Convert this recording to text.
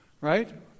right